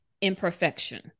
imperfection